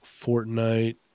Fortnite